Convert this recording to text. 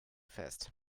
fest